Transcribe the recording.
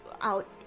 out